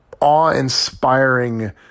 awe-inspiring